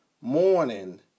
morning